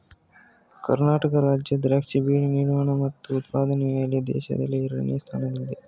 ಕರ್ನಾಟಕ ರಾಜ್ಯ ದ್ರಾಕ್ಷಿ ಬೆಳೆ ವಿಸ್ತೀರ್ಣ ಮತ್ತು ಉತ್ಪಾದನೆಯಲ್ಲಿ ದೇಶದಲ್ಲೇ ಎರಡನೇ ಸ್ಥಾನದಲ್ಲಿದೆ